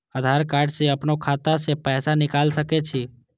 आधार कार्ड से अपनो खाता से पैसा निकाल सके छी?